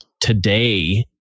today